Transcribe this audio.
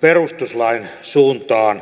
perustuslain suuntaan